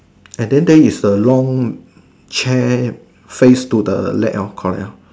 and then there is the long chair face to the leg orh correct orh